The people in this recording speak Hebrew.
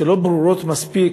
שלא ברורות מספיק,